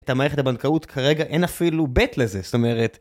את המערכת הבנקאות כרגע אין אפילו. bet לזה, זאת אומרת...